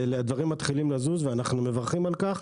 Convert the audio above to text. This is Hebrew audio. ודברים מתחילים לזוז ואנחנו מברכים על כך.